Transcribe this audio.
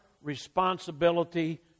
responsibility